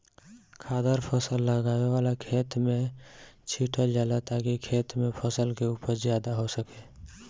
खादर फसल लगावे वाला खेत में छीटल जाला ताकि खेत में फसल के उपज ज्यादा हो सके